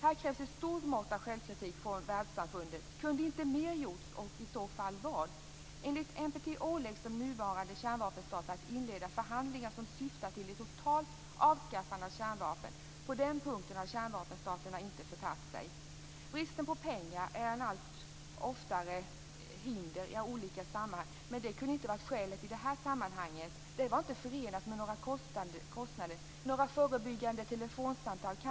Här krävs ett stort mått av självkritik från Världssamfundet. Kunde mer ha gjorts, och i så fall vad? Enligt NPT åläggs de nuvarande kärnvapenstaterna att inleda förhandlingar som syftar till ett totalt avskaffande av kärnvapen. På den punkten har kärnvapenstaterna inte förtagit sig. Brist på pengar är alltför ofta ett hinder i olika sammanhang, men det kan inte ha varit skälet i det här fallet. Det hade inte varit förenat med några kostnader att genomföra några förebyggande telefonsamtal.